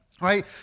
right